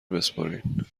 بسپرین